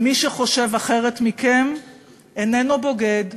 מי שחושב אחרת מכם איננו בוגד,